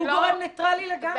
הוא גורם ניטרלי לגמרי.